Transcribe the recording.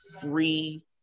free